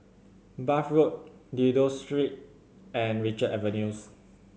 Bath Road Dido Street and Richards Avenues